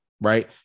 Right